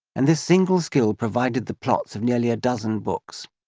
and this single skill provided the plots of nearly a dozen books.